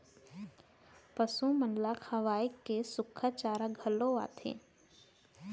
पसु मन ल खवाए के सुक्खा चारा घलौ आथे